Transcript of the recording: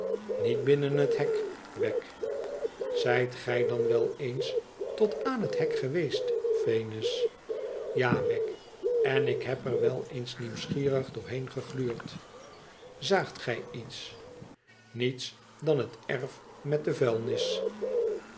niet binnen het hek wegg zijt gij dan wel eens tot aan het hek geweest venus ja wegg en ik heb er wel eens nieuwsgierig doorheen gegluurd zaagt gij iets niets dan het erf met de vuilnis